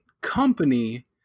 company